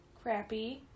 crappy